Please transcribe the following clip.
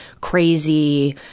crazy